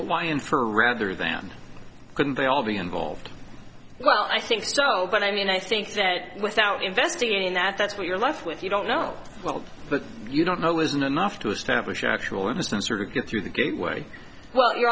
why and for rather than couldn't they all be involved well i think so but i mean i think that without investigating that that's what you're left with you don't know well but you don't know isn't enough to establish actual in some sort of you through the gateway well you're